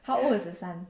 how old is the son